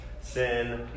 sin